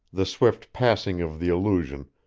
the swift passing of the illusion,